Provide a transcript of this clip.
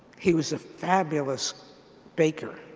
he was a fabulous baker.